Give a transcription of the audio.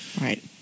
Right